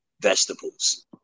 vegetables